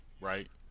right